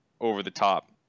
over-the-top